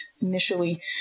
initially